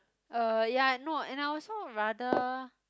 uh ya no and I also rather